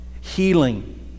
healing